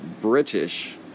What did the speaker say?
British